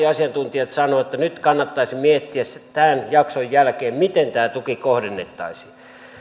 asiantuntijat sanoivat että nyt kannattaisi miettiä tämän jakson jälkeen miten tämä tuki kohdennettaisiin